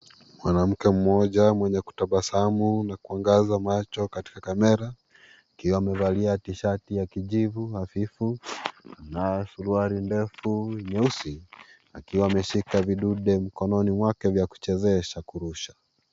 Mwanamke mmoja mwenye kutabasamu na kuangaza macho katika kamera akiwa amevalia tishati ya kijivu hafifu na suruali ndefu nyeusi akiwa ameshika kidude mkononi mwake wa kuchezea vya kurusha.